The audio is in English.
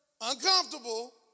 uncomfortable